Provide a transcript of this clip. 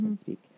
speak